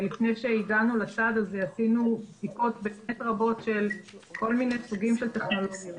לפני שהגענו לצעד הזה עשינו בדיקות רבות של כל מיני סוגי טכנולוגיות.